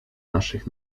naszych